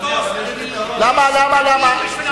במטוס מחלקים פקקים בשביל האוזניים,